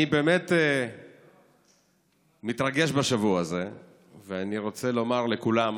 אני מתרגש בשבוע הזה ואני רוצה לומר לכולם